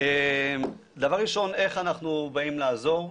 דבר ראשון, איך אנחנו באים לעזור?